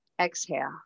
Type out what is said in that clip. exhale